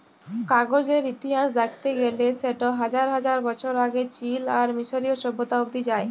কাগজের ইতিহাস দ্যাখতে গ্যালে সেট হাজার হাজার বছর আগে চীল আর মিশরীয় সভ্যতা অব্দি যায়